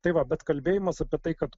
tai va bet kalbėjimas apie tai kad